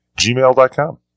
gmail.com